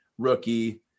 Rookie